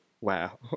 Wow